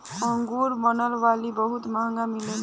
अंगूर से बनल वाइन बहुत महंगा मिलेला